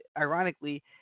ironically